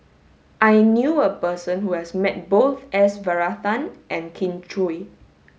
I knew a person who has met both S Varathan and Kin Chui